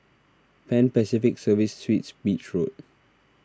Pan Pacific Serviced Suites Beach Road